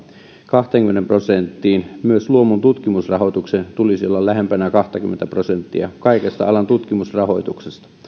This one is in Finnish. kahteenkymmeneen prosenttiin myös luomun tutkimusrahoituksen tulisi olla lähempänä kahtakymmentä prosenttia kaikesta alan tutkimusrahoituksesta